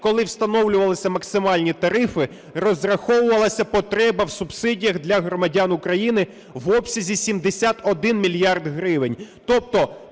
коли встановлювались максимальні тарифи, розраховувалась потреба в субсидіях для громадян України в обсязі 71 мільярд гривень. Тобто